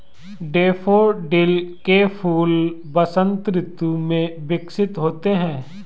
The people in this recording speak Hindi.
डैफोडिल के फूल वसंत ऋतु में विकसित होते हैं